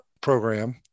program